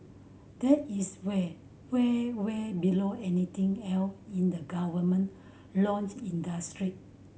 that is way way way below anything else in the government launch industry